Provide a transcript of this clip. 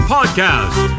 Podcast